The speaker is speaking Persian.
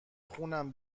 خونم